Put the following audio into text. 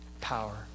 power